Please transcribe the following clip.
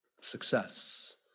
Success